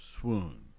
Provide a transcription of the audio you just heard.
swoon